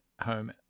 home